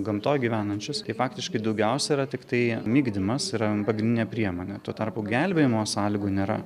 gamtoj gyvenančius tai faktiškai daugiausia yra tiktai migdymas yra pagrindinė priemonė tuo tarpu gelbėjimo sąlygų nėra